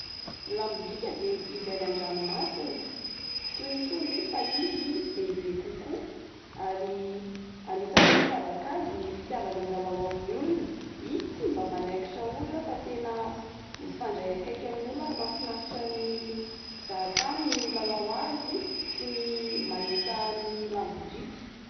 Ny lamboriaka de biby any andranomasina toy ny trondro izy fa izy lehibe kokoa ary anisan'ny mampiavaka azy ny fitiavany milalao amin'ny olona izy tsy mba manaikitra olona fa tena mifandray akaiky amin'ny olona ary mafinaritra ny mpizaha tany ny milalao azy sy ny mahita ny lamboriaka.